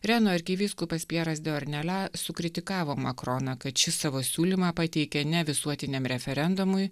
reno arkivyskupas pjeras deornelia sukritikavo makroną kad šis savo siūlymą pateikė ne visuotiniam referendumui